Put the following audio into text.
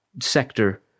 sector